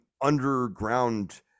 underground